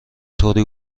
طوری